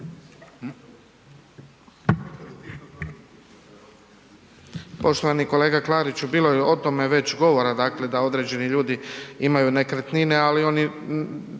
Poštovani kolega Klariću bilo je o tome već govora, dakle da određeni ljudi imaju nekretnine ali oni